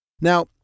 Now